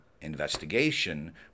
investigation